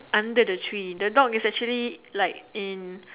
under the tree the dog is actually like in